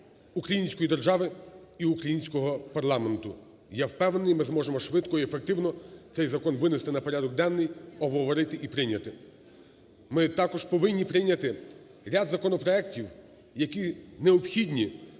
української держави і українського парламенту. Я впевнений, ми зможемо швидко і ефективно цей закон винести на порядок денний, обговорити і прийняти. Ми також повинні прийняти ряд законопроектів, які необхідні